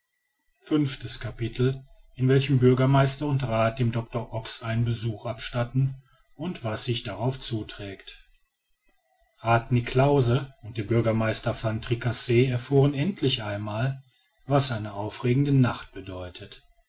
fünftes capitel in welchem bürgermeister und rath dem doctor ox einen besuch abstatten und was sich darauf zuträgt rath niklausse und der bürgermeister van tricasse erfuhren endlich einmal was eine aufgeregte nacht bedeutet